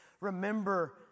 remember